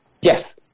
Yes